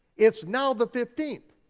it's now the fifteenth.